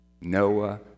Noah